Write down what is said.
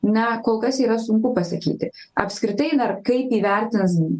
na kol kas yra sunku pasakyti apskritai dar kaip įvertins